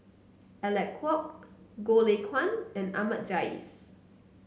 Alec Kuok Goh Lay Kuan and Ahmad Jais